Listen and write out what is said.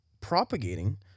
propagating